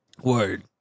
Word